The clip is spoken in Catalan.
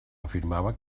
afirmava